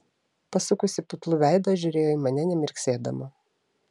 pasukusi putlų veidą žiūrėjo į mane nemirksėdama